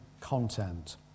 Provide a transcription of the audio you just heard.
content